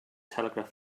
telegraph